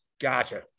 Gotcha